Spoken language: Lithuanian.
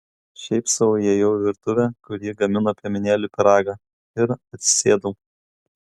šiaip sau įėjau į virtuvę kur ji gamino piemenėlių pyragą ir atsisėdau